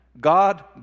God